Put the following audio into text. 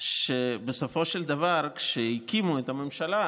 שבסופו של דבר כשהקימו את הממשלה,